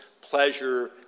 pleasure